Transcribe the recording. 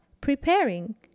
preparing